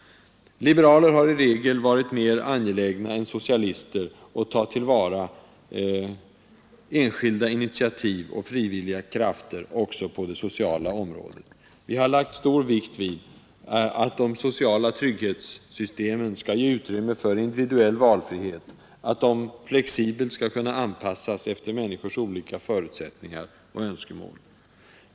Liberaler har i regel varit mer angelägna än socialister att ta till vara enskilda initiativ och frivilliga krafter också på det sociala området. Vi har lagt stor vikt vid att de sociala trygghetssystemen skall ge utrymme för individuell valfrihet, att de flexibelt skall kunna anpassas efter människors olika förutsättningar och önskemål.